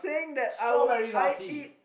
strawberry lassi